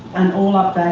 an all-up and